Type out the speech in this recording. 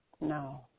No